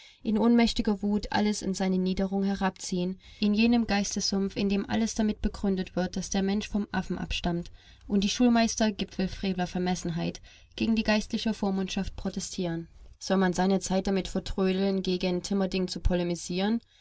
in ohnmächtiger wut alles in seine niederung herabziehen in jenen geistessumpf in dem alles damit begründet wird daß der mensch vom affen abstammt und die schulmeister gipfelfrevlervermessenheit gegen die geistliche vormundschaft protestieren soll man seine zeit damit vertrödeln gegen timerding zu polemisieren